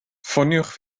ffoniwch